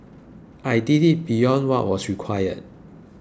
I did it beyond what was required